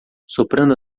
soprando